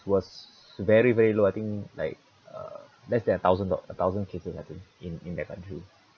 it was very very low I think like uh less than a thousand do~ a thousand cases I think in their country